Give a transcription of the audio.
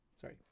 Sorry